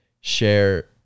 share